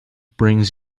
brings